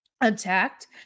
attacked